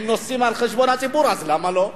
הם נוסעים על חשבון הציבור, אז למה לא?